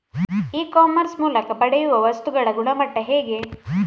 E commerce ಮೂಲಕ ಪಡೆಯುವ ವಸ್ತುಗಳ ಗುಣಮಟ್ಟ ಹೇಗೆ?